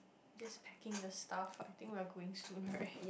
just packing the stuff I think we are going soon right